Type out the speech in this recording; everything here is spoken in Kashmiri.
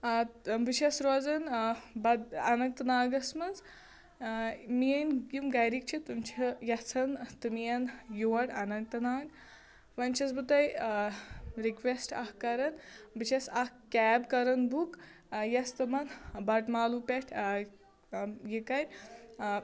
بہٕ چھَس روزان اننٛت ناگَس منٛز میٛٲنۍ یِم گَرِٕکۍ چھِ تِم چھِ یژھان تِم یِن یور اننٛت ناگ وۅنۍ چھَس بہٕ تۅہہِ آ رِکویٚسٹ اَکھ کَران بہٕ چھَس اَکھ کیب کَران بُک یۅس تِمَن بَٹہٕ مالوٗ پٮ۪ٹھ یہِ کَرِ آ